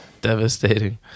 devastating